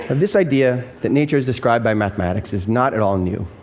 and this idea that nature is described by mathematics is not at all new.